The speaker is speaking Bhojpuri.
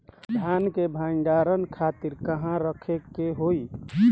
धान के भंडारन खातिर कहाँरखे के होई?